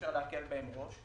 אי-אפשר להקל בהם ראש,